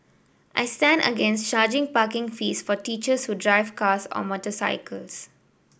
I stand against charging parking fees for teachers who drive cars or motorcycles